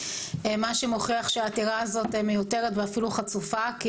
מה שמוכיח שהעתירה הזאת מיותרת ואפילו חצופה כי